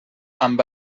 amb